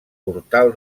portal